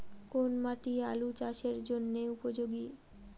কোন মাটি আলু চাষের জন্যে উপযোগী?